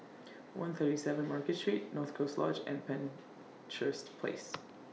one thirty seven Market Street North Coast Lodge and Penshurst Place